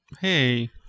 Hey